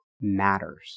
matters